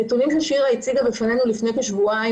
הנתונים ששירה הציגה בפנינו לפני כשבועיים